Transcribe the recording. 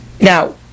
Now